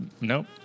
Nope